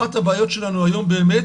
אחת הבעיות שלנו היום באמת,